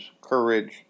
courage